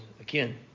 again